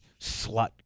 slut